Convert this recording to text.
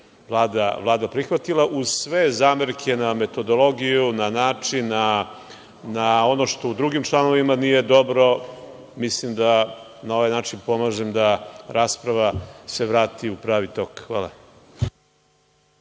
Vlada prihvatila, uz sve zamerke na metodologiju, na način, na ono što u drugim članovima nije dobro. Mislim da na ovaj način pomažem da se rasprava vrati u pravi tok. Hvala.